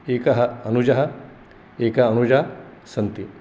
एकः अनुजः एका अनुजा सन्ति